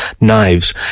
knives